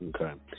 Okay